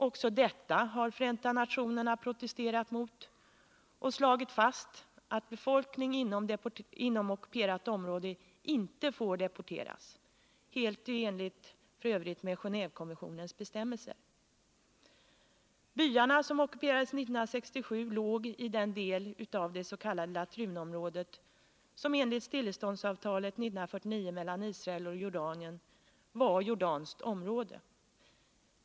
Också detta har Förenta nationerna protesterat mot och slagit fast att befolkningen inom ockuperat område inte får deporteras — f. ö. helt i enlighet med Genévekonventionens bestämmelser. Byarna som ockuperades 1967 låg i den del av dets.k. Latrunområdet som enligt stilleståndsavtalet 1949 mellan Israel och Jordanien var jordansk mark.